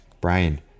Brian